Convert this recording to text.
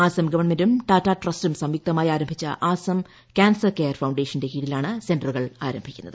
അസം ഗവൺമെന്റും ടാറ്റ ട്രസ്റ്റും സംയുക്തമായി ആരംഭിച്ച അസം കാൻസർ കെയർ ഫൌണ്ടേഷന്റെ കീഴിലാണ് സെന്ററുകൾ ആരംഭിക്കുന്നത്